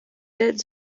led